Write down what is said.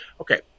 Okay